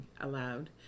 allowed